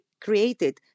created